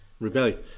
rebellion